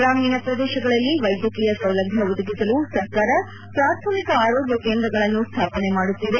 ಗ್ರಾಮೀಣ ಪ್ರದೇಶಗಳಲ್ಲಿ ವೈದ್ಯಕೀಯ ಸೌಲಭ್ಯ ಒದಗಿಸಲು ಸರ್ಕಾರ ಪ್ರಾಥಮಿಕ ಆರೋಗ್ಯ ಕೇಂದ್ರಗಳನ್ನು ಸ್ಥಾಪನೆ ಮಾಡುತ್ತಿದೆ